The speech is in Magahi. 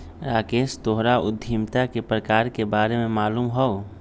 राकेश तोहरा उधमिता के प्रकार के बारे में मालूम हउ